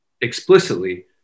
explicitly